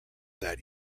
that